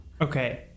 Okay